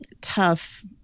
tough